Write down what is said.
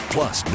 Plus